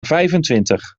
vijfentwintig